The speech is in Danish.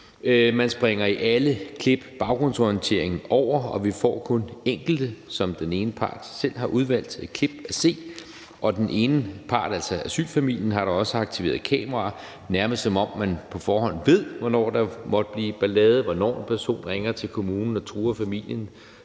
Man springer i alle klip baggrundsorienteringen over, og vi får kun enkelte klip, som den ene part selv har udvalgt, at se. Og den ene part, altså asylfamilien, har da også aktiveret kameraer, nærmest som om man på forhånd ved, hvornår der måtte blive ballade, hvornår en person ringer til kommunen og truer familien